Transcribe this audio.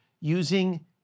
using